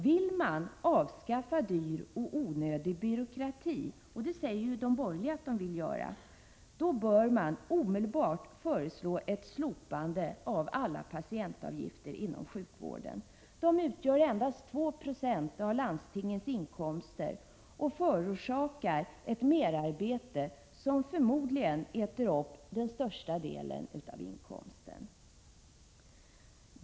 Vill man avskaffa dyr och onödig byråkrati inom exempelvis sjukvården — vilket de borgerliga säger att de vill göra — bör man omedelbart föreslå ett slopande av alla patientavgifter. De utgör endast 2 90 av landstingens inkomster och förorsakar ett merarbete som förmodligen äter upp den största delen av inkomsten.